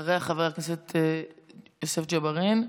אחריה, חבר הכנסת יוסף ג'בארין,